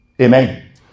Amen